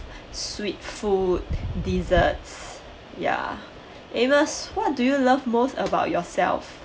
sweet food desserts ya amos what do you love most about yourself